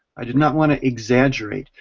i did not want to exaggerate.